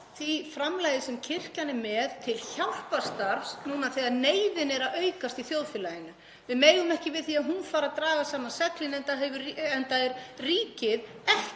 að halda sem kirkjan er með til hjálparstarfs núna þegar neyðin er að aukast í þjóðfélaginu. Við megum ekki við því að hún fari að draga saman seglin enda er ríkið